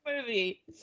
movie